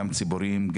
גם ציבוריים,